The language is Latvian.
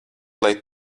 lai